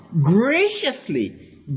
graciously